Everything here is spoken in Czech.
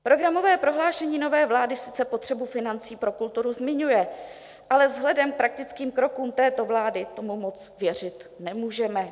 Programové prohlášení nové vlády sice potřebu financí pro kulturu zmiňuje, ale vzhledem k praktickým krokům této vlády tomu moc věřit nemůžeme.